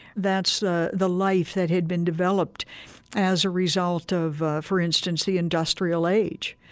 that's the the life that had been developed as a result of, for instance, the industrial age.